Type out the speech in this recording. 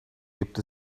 gibt